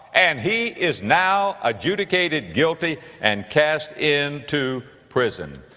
and he is now adjudicated guilty and cast into prison.